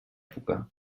època